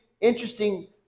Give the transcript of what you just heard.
interesting